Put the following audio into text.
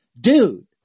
Dude